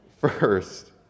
first